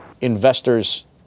Investors